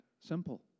simple